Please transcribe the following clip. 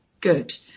good